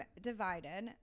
divided